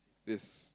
yes